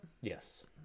Yes